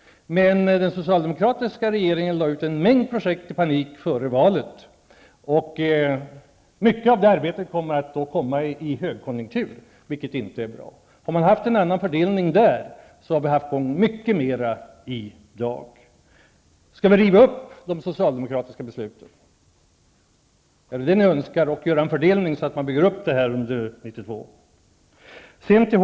Den socialdemokratiska regeringen lade i panik ut en mängd projekt före valet, och mycket av det arbetet kommer att bli aktuellt i en högkonjunktur. Det är inte bra. Hade man haft en annan fördelning då, skulle mycket mera ha varit i gång i dag. Är önskemålet att vi river upp de socialdemokratiska besluten och gör en sådan fördelning att det byggs upp under 1992?